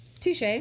Touche